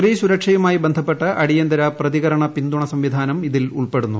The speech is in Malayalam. സ്ത്രീ സുരക്ഷയുമായി ബന്ധപ്പെട്ട് അടിയന്തിര പ്രതികരണ പിന്തുണ സംവിധാനം ഇതിൽ ഉൾപ്പെടുന്നു